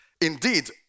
Indeed